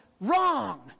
wrong